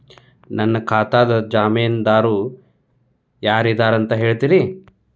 ನನ್ನ ಖಾತಾದ್ದ ಜಾಮೇನದಾರು ಯಾರ ಇದಾರಂತ್ ಹೇಳ್ತೇರಿ?